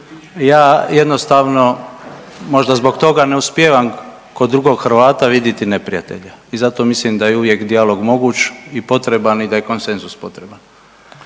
Ja jednostavno možda zbog toga ne uspijevam kod drugog Hrvata vidjeti neprijatelja i zato mislim da je uvijek dijalog moguć i potreban i da je konsenzus potreban.